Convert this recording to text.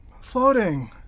floating